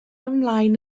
ymlaen